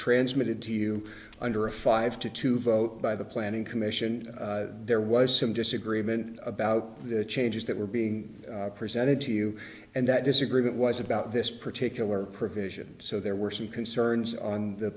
transmitted to you under a five to two vote by the planning commission there was some disagreement about the changes that were being presented to you and that disagreement was about this particular provision so there were some concerns on the